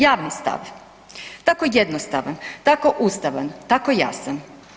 Javni stav, tako jednostavan, tako ustavan, tako jasan.